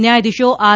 ન્યાયાધીશો આર